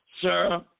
Sir